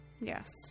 Yes